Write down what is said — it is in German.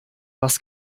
was